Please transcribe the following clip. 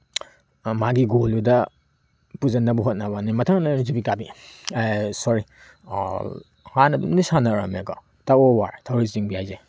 ꯃꯥꯒꯤ ꯒꯣꯜꯗꯨꯗ ꯄꯨꯁꯤꯟꯅꯕ ꯍꯣꯠꯅꯕꯅꯤ ꯃꯊꯪꯗꯅ ꯌꯨꯕꯤ ꯀꯥꯕꯤ ꯁꯣꯔꯤ ꯍꯥꯟꯅ ꯂꯣꯏ ꯁꯥꯟꯅꯔꯝꯃꯦꯀꯣ ꯇꯛ ꯑꯣꯐ ꯋꯥꯔ ꯊꯧꯔꯤ ꯆꯤꯡꯕꯤ ꯍꯥꯏꯁꯦ